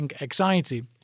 anxiety